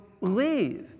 leave